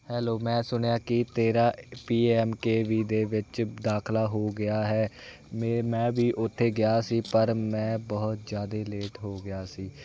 hello ਮੈਂ ਸੁਣਿਆ ਕਿ ਤੇਰਾ ਪੀ ਐਮ ਕੇ ਵੀ ਦੇ ਵਿੱਚ ਦਾਖਲਾ ਹੋ ਗਿਆ ਹੈ ਮੇ ਮੈਂ ਵੀ ਉੱਥੇ ਗਿਆ ਸੀ ਪਰ ਮੈਂ ਬਹੁਤ ਜ਼ਿਆਦਾ ਲੇਟ ਹੋ ਗਿਆ ਸੀ